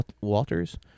Walters